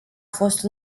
fost